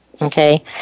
Okay